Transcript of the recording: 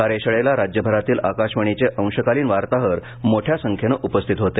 कार्यशाळेला राज्यभरातील आकाशवाणीचे अंशकालीन वार्ताहर मोठ्या संख्येने उपस्थित होते